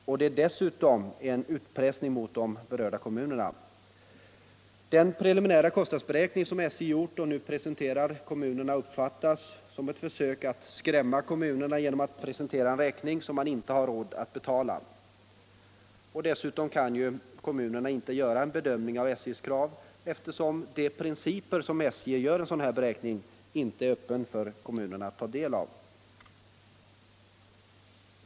Och det är dessutom en utpressning mot de berörda kommunerna. Den preliminära kostnadsberäkning som SJ gjort och nu presenterar kommunerna uppfattas som ett försök att skrämma kommunerna genom att man presenterar en räkning som kommunerna inte har råd att betala. Dessutom kan ju kommunerna inte göra en bedömning av SJ:s krav, eftersom de principer, efter vilka SJ gör en sådan beräkning, inte är öppna för kommunerna att ta del av.